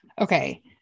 Okay